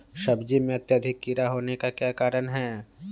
सब्जी में अत्यधिक कीड़ा होने का क्या कारण हैं?